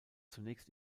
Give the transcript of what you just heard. zunächst